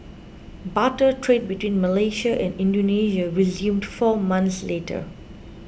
barter trade between Malaysia and Indonesia resumed four months later